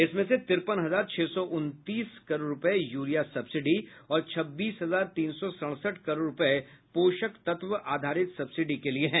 इसमें से तिरपन हजार छह सौ उनतीस करोड़ रुपये यूरिया सब्सिडी और छब्बीस हजार तीन सौ सड़सठ करोड़ रुपये पोषक तत्व आधारित सब्सिडी के लिए हैं